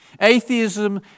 Atheism